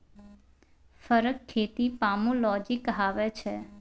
फरक खेती पामोलोजी कहाबै छै